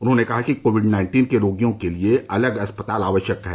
उन्होंने कहा कि कोविड नाइन्टीन के रोगियों के लिये अलग अस्पताल आवश्यक है